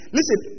Listen